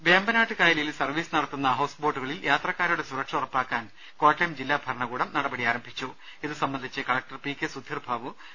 ദരദ വേമ്പനാട്ട് കായലിൽ സർവീസ് നടത്തുന്ന ഹൌസ് ബോട്ടുകളിൽ യാത്രക്കാരുടെ സുരക്ഷ ഉറപ്പാക്കാൻ കോട്ടയം ജില്ലാ ഭരണകൂടം നടപടികൾ ഇതു സംബന്ധിച്ച് collector P K Sudheer Babu ആരംഭിച്ചു